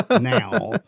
now